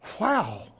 wow